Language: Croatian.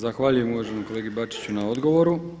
Zahvaljujem uvaženom kolegi Bačiću na odgovoru.